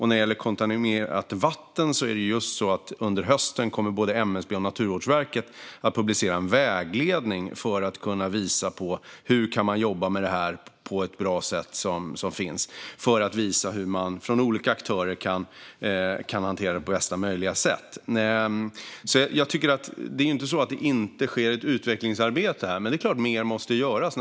När det gäller kontaminerat vatten kommer MSB och Naturvårdsverket under hösten att publicera en vägledning som visar hur man kan jobba med detta på ett bra sätt och hur man från olika aktörers håll kan hantera detta på bästa möjliga sätt. Det är alltså inte så att det inte sker ett utvecklingsarbete här, men det är klart att mer måste göras.